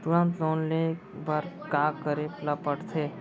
तुरंत लोन ले बर का करे ला पढ़थे?